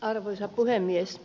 arvoisa puhemies